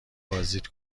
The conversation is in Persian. بازدید